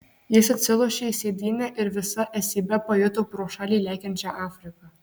jis atsilošė į sėdynę ir visa esybe pajuto pro šalį lekiančią afriką